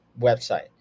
website